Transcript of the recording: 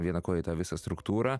vieną koją į tą visą struktūrą